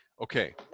Okay